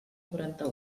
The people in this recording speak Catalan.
quaranta